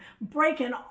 breaking